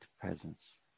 presence